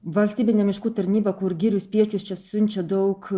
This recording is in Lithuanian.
valstybinė miškų tarnyba kur girių spiečius čia siunčia daug